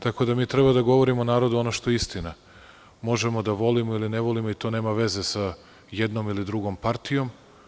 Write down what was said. Tako da, mi treba da govorimo narodu ono što je istina, možemo da volimo ili ne volimo i to nema veze sa jednom ili drugom partijom.